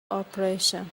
oppression